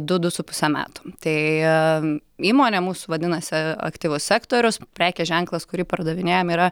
du du su puse metų tai įmonė mūsų vadinasi aktyvus sektorius prekės ženklas kurį pardavinėjam yra